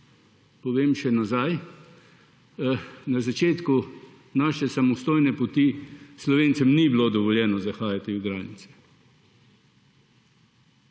povem še za nazaj – na začetku naše samostojne poti Slovencem ni bilo dovoljeno zahajati v igralnice.